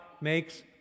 makes